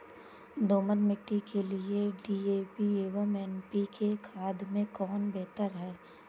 दोमट मिट्टी के लिए डी.ए.पी एवं एन.पी.के खाद में कौन बेहतर है?